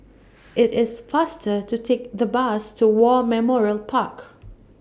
IT IS faster to Take The Bus to War Memorial Park